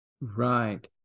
Right